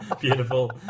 Beautiful